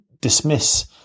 dismiss